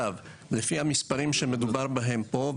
לפי המספרים שמדובר בהם פה,